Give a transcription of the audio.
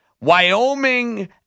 Wyoming